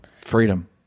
Freedom